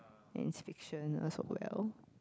and it's fiction as well